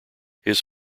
his